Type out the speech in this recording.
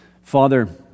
Father